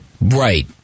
Right